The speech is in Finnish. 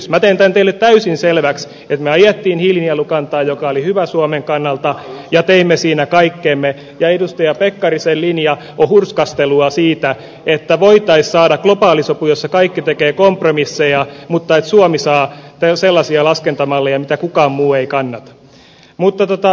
minä teen tämän teille täysin selväksi että me ajoimme hiilinielukantaa joka oli hyvä suomen kannalta ja teimme siinä kaikkemme ja edustaja pekkarisen linja on hurskastelua siitä että voitaisiin saada globaali sopu jossa kaikki tekevät kompromisseja mutta että suomi saa sellaisia laskentamalleja mitä kukaan muu ei kannata